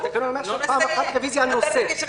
התקנון אומר: פעם אחת רביזיה על נושא.